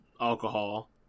alcohol